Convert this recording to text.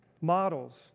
models